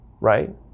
right